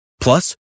Plus